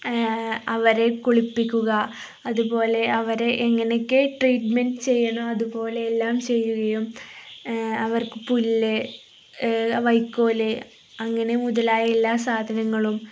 അവരെ കുളിപ്പിക്കുക അതുപോലെ അവരെ എങ്ങനെയൊക്കെ ട്രീറ്റ്മെന്റ് ചെയ്യണോ അതുപോലെയെല്ലാം ചെയ്യുകയും അവർക്കു പുല്ല് വൈക്കോല് അങ്ങനെ മുതലായ എല്ലാ സാധനങ്ങളും